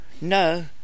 No